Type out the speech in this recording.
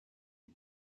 had